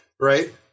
right